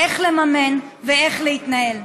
איך לממן ואיך להתנהל.